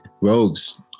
Rogues